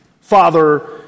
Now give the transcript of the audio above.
Father